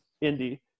Indy